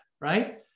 right